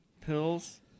pills